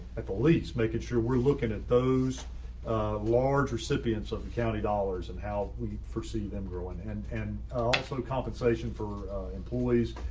i believe making sure we're looking at those large recipients of the county dollars and how we perceive them grow and and and also compensation for employees.